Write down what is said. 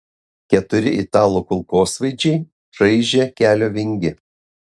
keturi italų kulkosvaidžiai čaižė kelio vingį